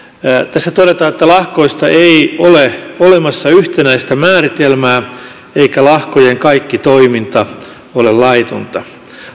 tässä todetaan että lahkoista ei ole olemassa yhtenäistä määritelmää eikä lahkojen kaikki toiminta ole laitonta